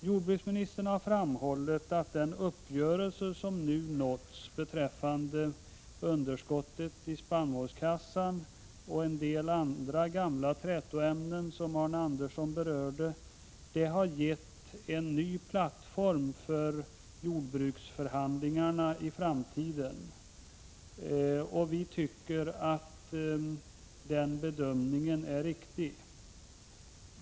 Jordbruksministern har framhållit att den uppgörelse som nu har nåtts beträffande underskottet i spannmålskassan och en del andra gamla trätoämnen som Arne Andersson berörde har givit förhandlingsparterna på jordbru kets område en ny plattform för jordbruksförhandlingarna i framtiden. Vi delar den bedömningen.